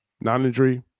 non-injury